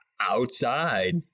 Outside